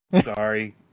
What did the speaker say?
Sorry